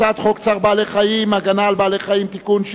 הצעת חוק צער בעלי-חיים (הגנה על בעלי-חיים) (תיקון,